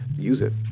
use it.